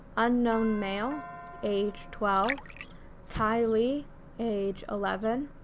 unknown male age twelve ty lee age eleven,